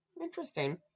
interesting